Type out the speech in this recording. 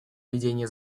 ведения